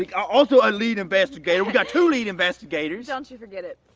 like also a lead investigator. we got two lead investigators don't you forget it.